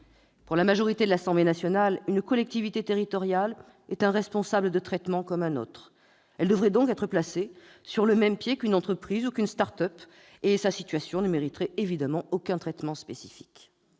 Pour la majorité de l'Assemblée nationale, une collectivité territoriale est un responsable de traitement comme un autre. Elle devrait donc être placée sur le même pied qu'une entreprise ou qu'une start-up, et sa situation ne mériterait aucun traitement spécifique.